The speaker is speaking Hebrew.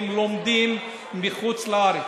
לומדים בחוץ-לארץ.